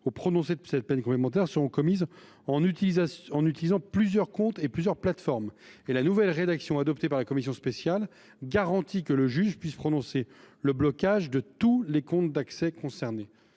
au prononcé de cette peine complémentaire soient commises en utilisant plusieurs comptes et plusieurs plateformes. La nouvelle rédaction adoptée par la commission spéciale garantit que le juge puisse prononcer le blocage de tous les comptes d’accès concernés.